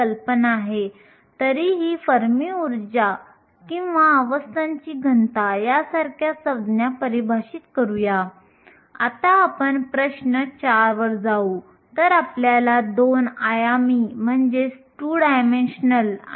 gCB वरून जाते जी अवस्थांची घनता आहे dE फर्मी ऊर्जा आहे